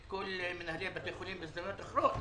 את כל מנהלי בתי החולים בהזדמנויות אחרות,